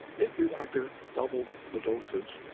if your doctor doubles the dosage,